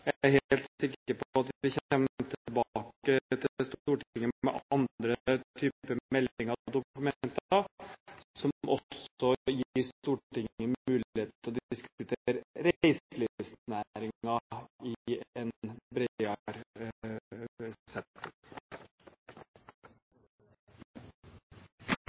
Jeg er helt sikker på at vi kommer tilbake til Stortinget med andre typer meldinger og dokumenter, som også gir Stortinget mulighet til å diskutere reiselivsnæringen i en bredere